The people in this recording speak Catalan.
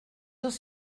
els